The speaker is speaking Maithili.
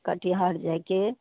कटिहार जाइके